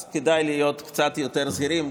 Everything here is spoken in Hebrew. אז כדאי להיות קצת יותר זהירים.